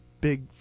big